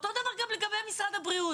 אותו הדבר גם לגבי משרד הבריאות.